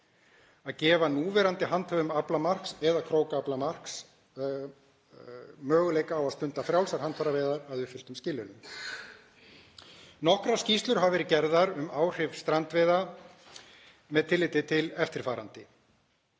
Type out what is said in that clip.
að gefa núverandi handhöfum aflamarks eða krókaaflamarks möguleika á að stunda frjálsar handfæraveiðar að uppfylltum skilyrðum. Nokkrar skýrslur hafa verið gerðar um áhrif strandveiða með tilliti til eftirfarandi.